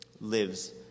lives